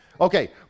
Okay